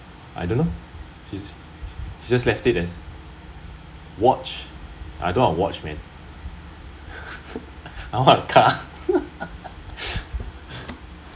I don't know sh~ she just left it as watch I want a watch man I want a car